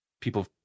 people